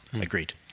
Agreed